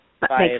Bye